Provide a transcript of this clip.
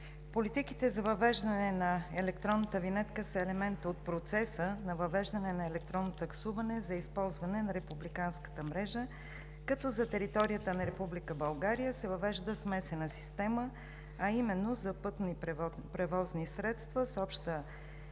Политиките за въвеждане на електронната винетка са елемент от процеса на въвеждане на електронно таксуване за използване на републиканската мрежа, като за територията на Република България се въвежда смесена система, а именно: за пътни превозни средства с обща маса,